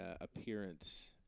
appearance